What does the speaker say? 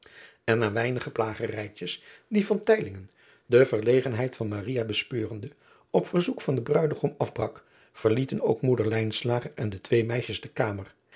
n na eenige weinige plagerijtjes die de verlegenheid van bespeurende op verzoek van den ruidegom afbrak verlieten ook oeder en de twee meisjes de kamer